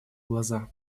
глаза